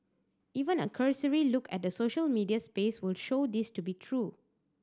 even a cursory look at the social media space will show this to be true